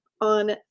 on